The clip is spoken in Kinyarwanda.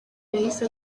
yahise